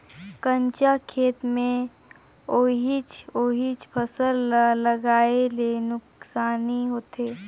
कंचा खेत मे ओहिच ओहिच फसल ल लगाये ले नुकसानी होथे